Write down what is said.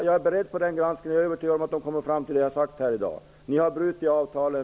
Jag är beredd på en sådan granskning, och jag är övertygad om att man kommer fram till det jag har sagt här i dag. Ni har brutit avtalen.